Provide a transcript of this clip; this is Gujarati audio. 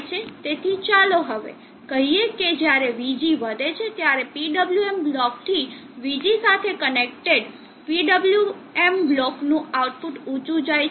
તેથી ચાલો હવે કહીએ કે જ્યારે Vg વધે છે ત્યારે PWM બ્લોકથી Vg સાથે કનેક્ટેડ PWM બ્લોક નું આઉટપુટ ઉચું જાય છે